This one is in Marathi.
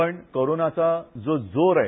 आपण कोरोनाचा जो जोर आहे